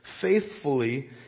faithfully